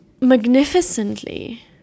magnificently